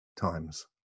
times